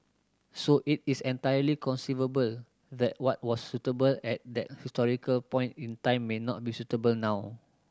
so it is entirely conceivable that what was suitable at that historical point in time may not be suitable now